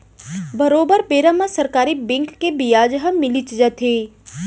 बरोबर बेरा म सरकारी बेंक के बियाज ह मिलीच जाथे